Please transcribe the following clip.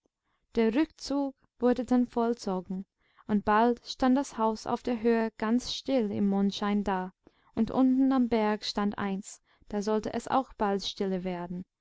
der rückzug wurde dann vollzogen und bald stand das haus auf der höhe ganz still im mondschein da und unten am berg stand eins da sollte es auch bald stille werden